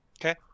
Okay